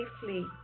safely